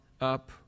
up